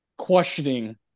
questioning